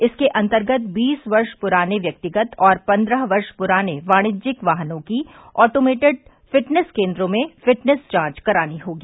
इसके अन्तर्गत बीस वर्ष प्राने व्यक्तिगत और पन्द्रह वर्ष प्राने वाणिज्यिक वाहनों की ऑटोमेटेड फिटनेस केन्द्रो में फिटनेस जांच करानी होगी